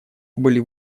были